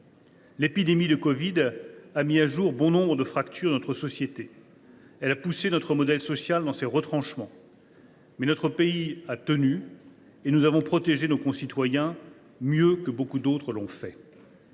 L’épidémie de covid a mis au jour bon nombre de fractures dans notre société. Elle a poussé notre modèle social dans ses retranchements. Mais notre pays a tenu, et nous avons protégé nos concitoyens mieux que beaucoup d’autres ne l’ont fait.